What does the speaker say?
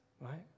right